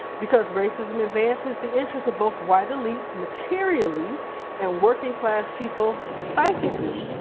because racism advances the interest of both white elites materially and working-class people psychically.